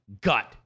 gut